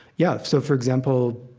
yeah, so for example,